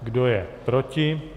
Kdo je proti?